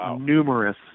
numerous